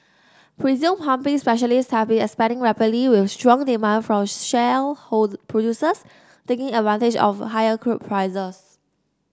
pressure pumping specialists have been expanding rapidly with strong demand from shale producers taking advantage of higher crude prices